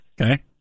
Okay